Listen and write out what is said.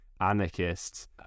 anarchists